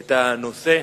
את הנושא.